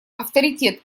авторитет